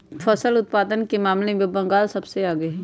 फसल उत्पादन के मामले में बंगाल सबसे आगे हई